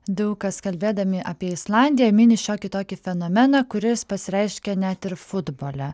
daug kas kalbėdami apie islandiją mini šiokį tokį fenomeną kuris pasireiškia net ir futbole